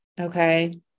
Okay